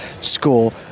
score